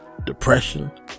depression